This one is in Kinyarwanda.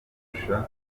kurusha